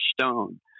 Stone